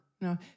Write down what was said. No